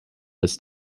was